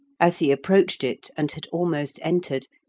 as he approached it and had almost entered,